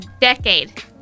decade